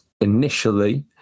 initially